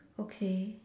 okay